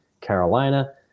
Carolina